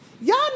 Y'all